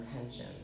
intention